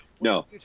No